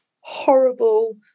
horrible